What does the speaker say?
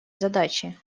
задачи